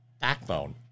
backbone